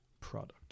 product